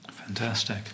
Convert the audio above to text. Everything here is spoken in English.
Fantastic